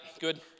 good